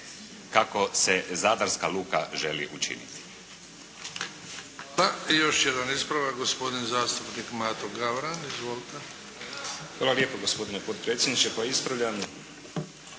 kako se zadarska luka želi učiniti.